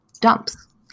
dumps